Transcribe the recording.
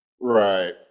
right